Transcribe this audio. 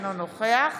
אינו נוכח